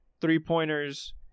three-pointers